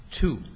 Two